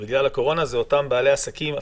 ובגלל הקורונה זה אותם בעלי עסקים,